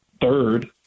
third